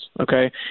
okay